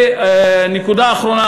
ונקודה אחרונה,